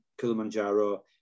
Kilimanjaro